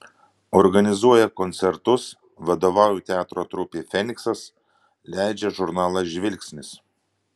organizuoja koncertus vadovauja teatro trupei feniksas leidžia žurnalą žvilgsnis